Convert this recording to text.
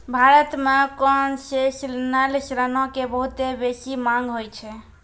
भारत मे कोन्सेसनल ऋणो के बहुते बेसी मांग होय छै